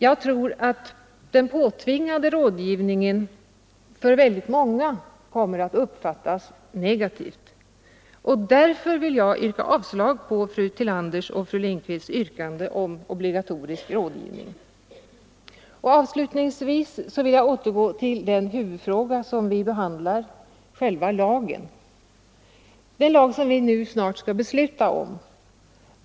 Jag tror att den påtvingade rådgivningen av många kommer att uppfattas negativt, och därför yrkar jag avslag på fru Tillanders och fru Lindquists yrkande och i stället bifall till utskottets hemställan i motsvarande del. Avslutningsvis vill jag återgå till den huvudfråga som vi behandlar — själva den lag som vi snart skall besluta om.